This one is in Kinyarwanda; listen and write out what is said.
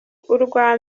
urwa